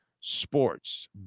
Sports